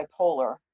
bipolar